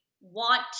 want